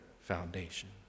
foundation